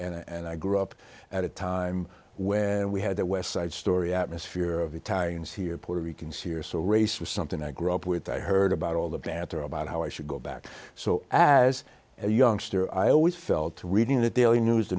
and i grew up at a time when we had that west side story atmosphere of italians here puerto rican series so race was something i grew up with i heard about all the banter about how i should go back so as a youngster i always felt reading the daily news the